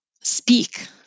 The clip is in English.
Speak